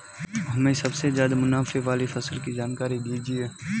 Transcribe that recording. हमें सबसे ज़्यादा मुनाफे वाली फसल की जानकारी दीजिए